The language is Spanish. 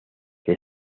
que